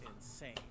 insane